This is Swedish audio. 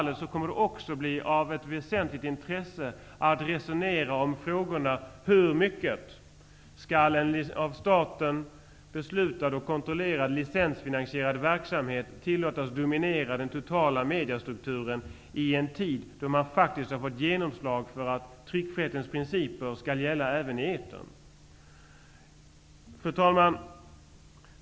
Det kommer också att bli av intresse att resonera om hur mycket en av staten beslutad och kontrollerad licensfinansierad verksamhet skall tillåtas dominera den totala mediastrukturen i en tid då man faktiskt har fått gehör för att tryckfrihetens principer skall gälla även i etern. Fru talman!